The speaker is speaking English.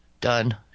done